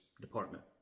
department